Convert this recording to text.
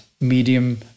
medium